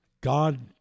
God